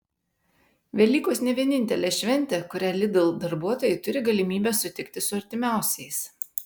velykos ne vienintelė šventė kurią lidl darbuotojai turi galimybę sutikti su artimiausiais